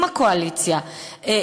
עם הקואליציה,